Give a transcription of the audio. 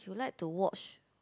you like to watch